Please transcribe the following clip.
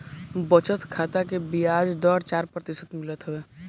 बचत खाता में बियाज दर चार प्रतिशत मिलत हवे